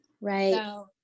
right